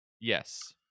yes